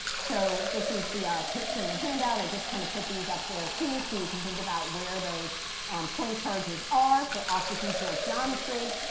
so this is the picture in your handout. i just kind of put these up there, too, so you can think about where those point charges are for octahedral geometry.